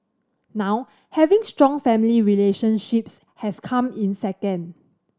now having strong family relationships has come in second